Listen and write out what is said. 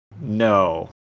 no